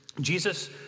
Jesus